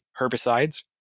herbicides